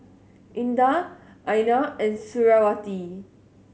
Indah Aina and Suriawati